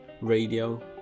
Radio